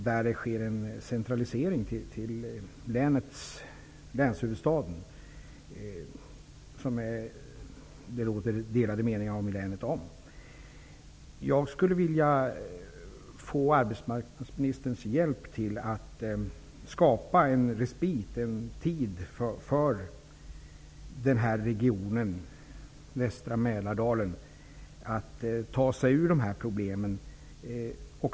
Det sker en centralisering till länshuvudstaden, som det i länet råder delade meningar om. Jag skulle vilja ha arbetsmarknadsministerns hjälp med att skapa en respit för regionen västra Mälardalen för att denna skall kunna ta sig ur sina problem.